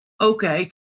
Okay